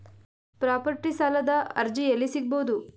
Property ಸಾಲದ ಅರ್ಜಿ ಎಲ್ಲಿ ಸಿಗಬಹುದು?